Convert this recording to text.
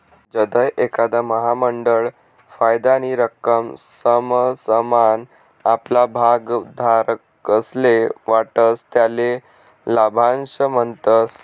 जधय एखांद महामंडळ फायदानी रक्कम समसमान आपला भागधारकस्ले वाटस त्याले लाभांश म्हणतस